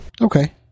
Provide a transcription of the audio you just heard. Okay